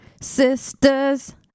Sisters